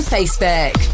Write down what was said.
Facebook